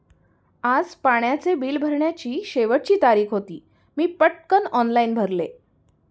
आज पाण्याचे बिल भरण्याची शेवटची तारीख होती, मी पटकन ऑनलाइन भरले